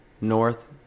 north